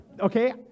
okay